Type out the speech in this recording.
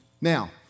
Now